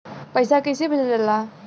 पैसा कैसे भेजल जाला?